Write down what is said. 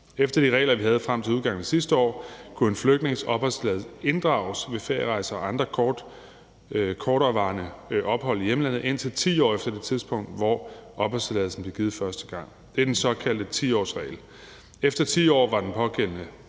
Efter de regler, vi havde frem til udgangen af sidste år, skulle en flygtnings opholdstilladelse inddrages ved ferierejser og andre korterevarende ophold i hjemlandet indtil 10 år efter det tidspunkt, hvor opholdstilladelsen blev givet første gang. Det er den såkaldte 10-årsregel. Efter 10 år var den pågældende